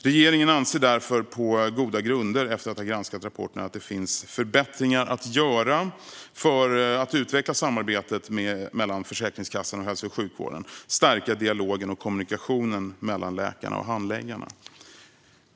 Regeringen anser därför, på goda grunder, efter att ha granskat rapporterna, att det finns förbättringar att göra för att utveckla samarbetet mellan Försäkringskassan och hälso och sjukvården samt stärka dialogen och kommunikationen mellan läkarna och handläggarna.